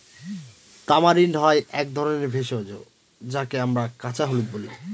tamarind হয় এক ধরনের ভেষজ যাকে আমরা কাঁচা হলুদ বলি